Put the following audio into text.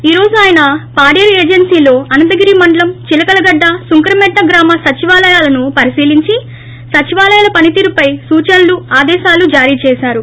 ఈ రోజు ఆయన పాడేరు ఏజెన్సీలో అనంతగిరి మండలం చిలకల గడ్డ సుంకరమెట్ల గ్రామ సచివాలయాలను పరిశీలించి సచివాలయాల పనితీరుపై సూచనలు ఆదేశాలు జారీ చేశారు